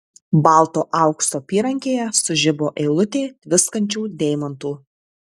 balto aukso apyrankėje sužibo eilutė tviskančių deimantų